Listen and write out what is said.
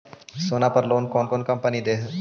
सोना पर लोन कौन कौन कंपनी दे है?